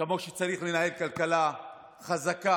כמו שצריך לנהל כלכלה חזקה